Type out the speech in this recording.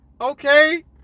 Okay